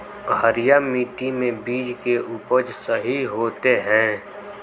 हरिया मिट्टी में बीज के उपज सही होते है?